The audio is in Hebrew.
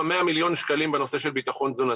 100 מיליון שקלים בנושא של ביטחון תזונתי.